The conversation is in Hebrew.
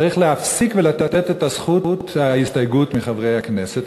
צריך להפסיק לתת את זכות ההסתייגות לחברי הכנסת.